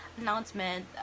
announcement